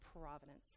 providence